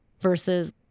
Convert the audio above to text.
versus